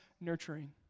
nurturing